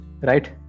right